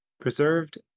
preserved